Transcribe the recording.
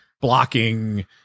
blocking